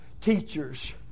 teachers